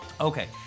Okay